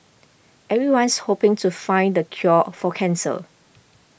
everyone's hoping to find the cure for cancer